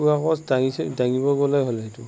পোৱা বচ দাঙি দাঙিব গ'লেই হ'ল সেইটো